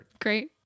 Great